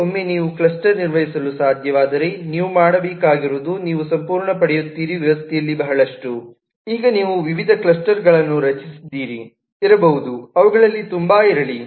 ಈಗ ಒಮ್ಮೆ ನೀವು ಕ್ಲಸ್ಟರ್ ನಿರ್ವಹಿಸಲು ಸಾಧ್ಯವಾದರೆ ನೀವು ಮಾಡಬೇಕಾಗಿರುವುದು ನೀವು ಸಂಪೂರ್ಣ ಪಡೆಯುತ್ತೀರಿ ವ್ಯವಸ್ಥೆಯಲ್ಲಿ ಬಹಳಷ್ಟು ಈಗ ನೀವು ವಿವಿಧ ಕ್ಲಸ್ಟರ್ಗಳನ್ನು ರಚಿಸಿದ್ದೀರಿ ಇರಬಹುದು ಅವುಗಳಲ್ಲಿ ತುಂಬಾ ಇರಲಿ